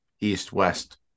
East-West